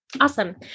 Awesome